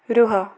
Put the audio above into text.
ରୁହ